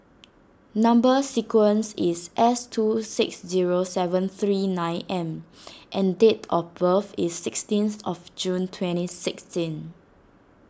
Number Sequence is S two six zero seven three nine M and date of birth is sixteen of June twenty sixteen